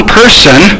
person